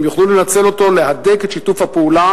הם יוכלו לנצל אותו להדק את שיתוף הפעולה